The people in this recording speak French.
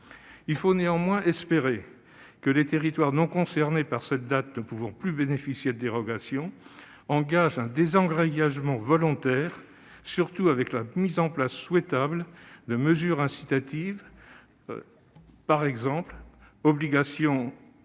Il faut néanmoins espérer que les territoires non concernés par cette date et ne pouvant plus bénéficier de dérogation engagent un désengrillagement volontaire, grâce à la mise en place, souhaitable, de mesures incitatives, en dehors des obligations